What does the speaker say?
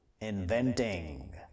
inventing